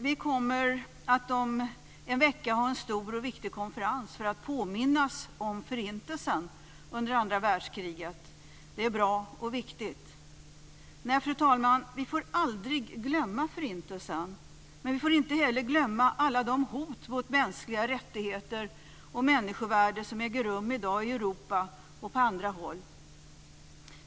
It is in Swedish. Vi kommer om en vecka att ha en stor och viktig konferens för att påminna oss om Förintelsen under andra världskriget. Det är bra och viktigt. Fru talman! V får aldrig glömma Förintelsen. Men vi får inte heller glömma alla de hot mot mänskliga rättigheter och människovärde som finns i dag i Europa och på andra håll.